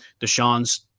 Deshaun's